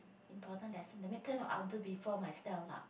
important lesson that mean after or before myself lah